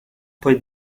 poi